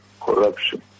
corruption